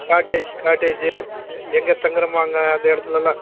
cottage காட்டேஜி எங்கே தங்குகிறோமோ அங்கே அந்த இடத்துலல்லாம்